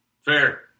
fair